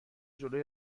جلوی